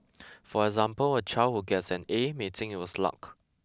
for example a child who gets an A may think it was luck